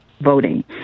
voting